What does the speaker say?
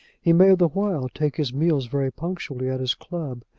he may the while take his meals very punctually at his club,